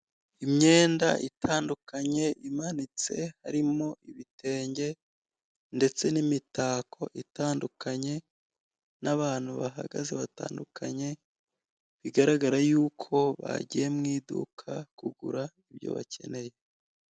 Imyenda itandukanye imanitse harimo ibitenge, ndetse n'imitako itandukanye, n'abantu bahagaze batandukanye, bigaragara yuko bagiye mu iduka kugura ibyo bakeneye.